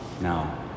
Now